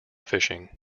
fishing